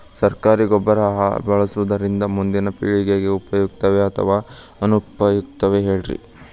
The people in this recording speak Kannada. ಸರಕಾರಿ ಗೊಬ್ಬರ ಬಳಸುವುದರಿಂದ ಮುಂದಿನ ಪೇಳಿಗೆಗೆ ಉಪಯುಕ್ತವೇ ಅಥವಾ ಅನುಪಯುಕ್ತವೇ ಹೇಳಿರಿ